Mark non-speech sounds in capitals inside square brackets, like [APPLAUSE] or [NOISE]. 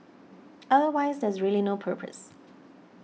[NOISE] otherwise there's really no purpose